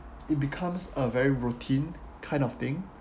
it becomes a very routine kind of thing